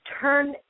turn